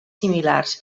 similars